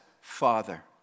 Father